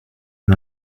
une